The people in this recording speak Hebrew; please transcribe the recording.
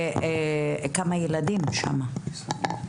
וכמה ילדים רשומים?